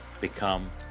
become